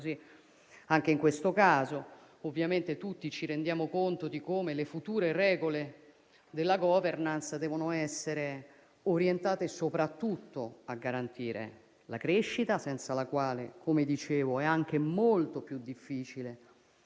anche in questo caso. Ovviamente tutti ci rendiamo conto di come le future regole della *governance* debbano essere orientate soprattutto a garantire la crescita, senza la quale - come dicevo - è anche molto più difficile